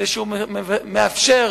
שהוא מאפשר